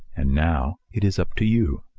and now it is up to you.